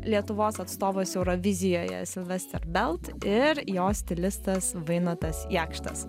lietuvos atstovas eurovizijoje silvester belt ir jo stilistas vainotas jakštas